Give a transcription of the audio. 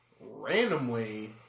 randomly